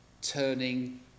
turning